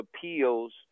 appeals